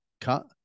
cut